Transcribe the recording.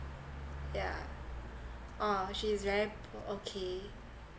yeah oh she's very po~ okay